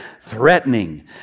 threatening